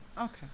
Okay